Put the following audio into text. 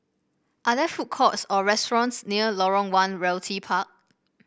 are there food courts or restaurants near Lorong One Realty Park